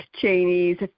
Cheney's